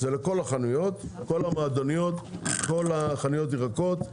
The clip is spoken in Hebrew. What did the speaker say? זה לכל החנויות, כל המעדניות, כל חניות ירקות,